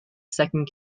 second